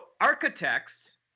architects